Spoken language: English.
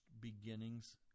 beginnings